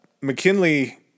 McKinley